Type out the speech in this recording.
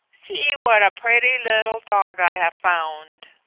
see what a pretty little dog i have found.